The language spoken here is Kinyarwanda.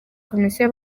komisiyo